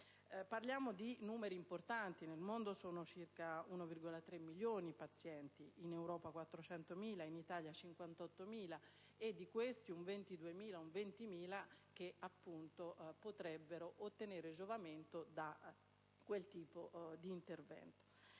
Parliamo di numeri importanti. Nel mondo sono circa 1,3 milioni i pazienti: in Europa 400.000, in Italia 58.000, e di questi 22.000 circa potrebbero ottenere giovamento da quel tipo di intervento.